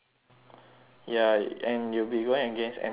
ya and you'll be going against N_T_U also